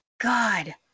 God